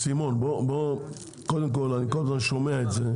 סימון בוא, קודם כל אני כל הזמן שומע את זה.